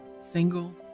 single